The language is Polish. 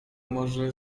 może